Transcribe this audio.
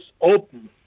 open